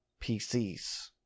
PCs